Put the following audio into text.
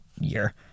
year